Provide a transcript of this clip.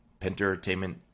Pentertainment